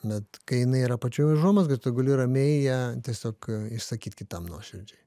bet kai jinai yra pačioj užuomazgoj tu gali ramiai ją tiesiog išsakyt kitam nuoširdžiai